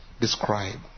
describe